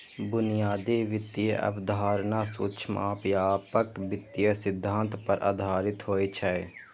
बुनियादी वित्तीय अवधारणा सूक्ष्म आ व्यापक वित्तीय सिद्धांत पर आधारित होइ छै